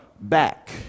back